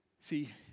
See